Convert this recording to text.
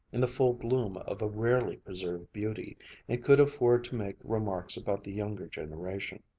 in the full bloom of a rarely preserved beauty, and could afford to make remarks about the younger generation.